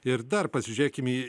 ir dar pasižiūrėkim į